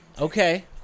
Okay